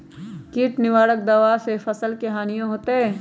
किट निवारक दावा से फसल के हानियों होतै?